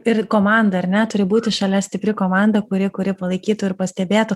ir komanda ar ne turi būti šalia stipri komanda kuri kuri palaikytų ir pastebėtų